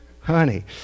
honey